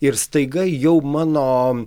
ir staiga jau mano